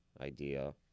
Idea